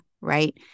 right